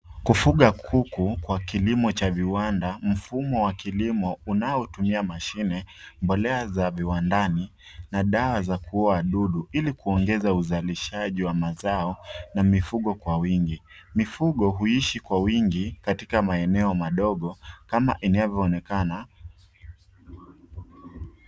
Kufuga kuku kwa kilimo cha viwanda, mfumo wa kilimo unao tumia mashine, mbolea za viwandani na dawa za kuwau wadudu ili kuongeza uzalishaji wa mazao na mifugo kwa wingi. Mifugo huishi kwa wingi katika maeneo madogo kama inavyoonekana.